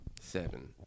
Seven